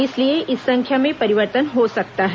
इसलिए इस संख्या में परिवर्तन हो सकता है